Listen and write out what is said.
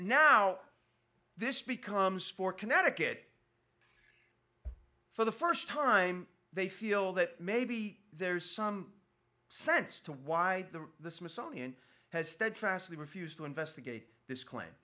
now this becomes for connecticut for the first time they feel that maybe there's some sense to why the the smithsonian has steadfastly refused to investigate this cl